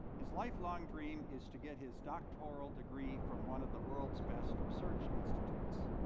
his lifelong dream is to get his doctoral degree from one of the world's best research institutes.